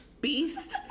beast